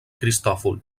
cristòfol